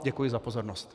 Děkuji za pozornost.